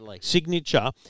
signature